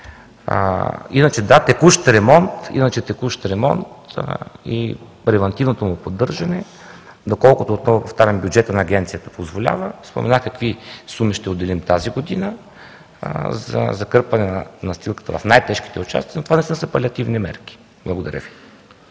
Иначе да, текущ ремонт и превантивното му поддържане, доколкото – отново повтарям, бюджетът на Агенцията позволява, споменах какви суми ще отделим тази година за закърпване на настилката в най-тежките участъци, но това не са палеативни мерки. Благодаря Ви.